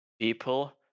people